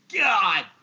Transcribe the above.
God